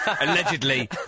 allegedly